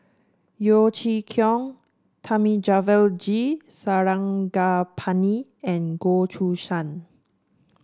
Yeo Chee Kiong Thamizhavel G Sarangapani and Goh Choo San